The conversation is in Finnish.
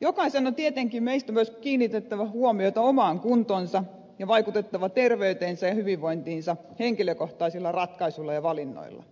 jokaisen meistä on tietenkin myös kiinnitettävä huomiota omaan kuntoonsa ja vaikutettava terveyteensä ja hyvinvointiinsa henkilökohtaisilla ratkaisuilla ja valinnoilla